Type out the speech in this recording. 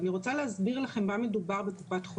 אני רוצה להסביר לכם מה מדובר בקופ"ח.